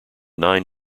nine